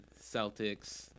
Celtics